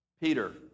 Peter